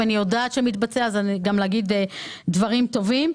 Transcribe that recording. אני יודעת שמתבצע, אז גם להגיד דברים טובים.